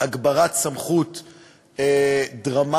הגברת סמכות דרמטית.